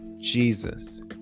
jesus